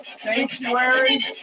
Sanctuary